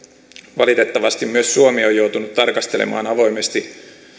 valitettavasti myös suomi on joutunut tarkastelemaan avoimesti